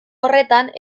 horretan